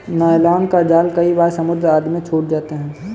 nylon का जाल कई बार समुद्र आदि में छूट जाते हैं